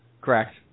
Correct